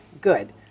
good